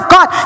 God